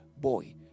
boy